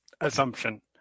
assumption